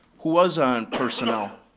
who was on personnel,